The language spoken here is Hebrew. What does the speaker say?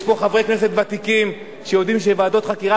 יש פה חברי כנסת ותיקים שיודעים שוועדות חקירה